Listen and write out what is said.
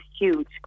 huge